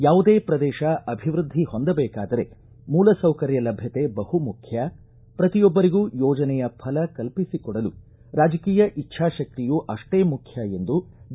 ಯಾವುದೇ ಪ್ರದೇಶ ಅಭಿವೃದ್ಧಿ ಹೊಂದಬೇಕಾದರೆ ಮೂಲಸೌಕರ್ಯ ಲಭ್ಯತೆ ಬಹುಮುಖ್ಯ ಪ್ರತಿಯೊಬ್ಬರಿಗೂ ಯೋಜನೆಯ ಫಲ ಕಲ್ಪಿಸಿಕೊಡಲು ರಾಜಕೀಯ ಇಚ್ಛಾಶಕ್ತಿಯೂ ಅಷ್ಟೇ ಮುಖ್ಯ ಎಂದು ಡಿ